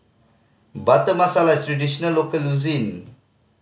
Butter Masala is a traditional local cuisine